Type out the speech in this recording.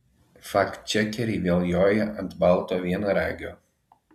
faktčekeriai vėl joja ant balto vienaragio